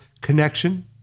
connection